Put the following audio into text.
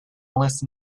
smallest